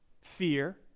Fear